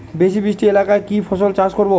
বেশি বৃষ্টি এলাকায় কি ফসল চাষ করব?